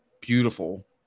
beautiful